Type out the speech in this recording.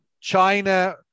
China